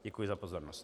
Děkuji za pozornost.